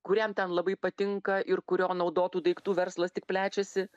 kuriam ten labai patinka ir kurio naudotų daiktų verslas tik plečiasi